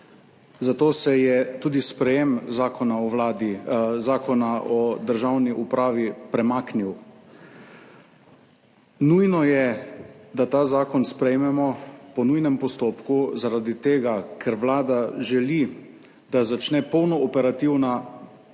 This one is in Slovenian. zato se je tudi sprejem Zakona o Vladi, Zakona o državni upravi, premaknil. Nujno je, da ta zakon sprejmemo po nujnem postopku, zaradi tega, ker Vlada želi, da začne polno operativno